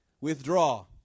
Withdraw